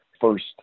first